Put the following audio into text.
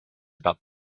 about